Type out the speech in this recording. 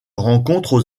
rencontrent